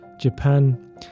Japan